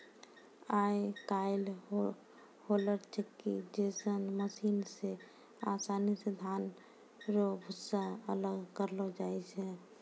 आय काइल होलर चक्की जैसन मशीन से आसानी से धान रो भूसा अलग करलो जाय छै